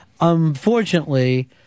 Unfortunately